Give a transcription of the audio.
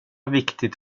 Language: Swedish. viktigt